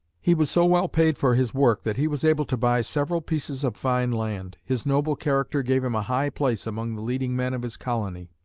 he was so well paid for his work that he was able to buy several pieces of fine land. his noble character gave him a high place among the leading men of his colony.